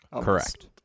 Correct